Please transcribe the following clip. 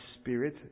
spirit